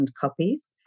copies